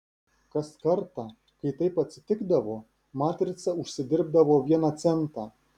kas kartą kai taip atsitikdavo matrica užsidirbdavo vieną centą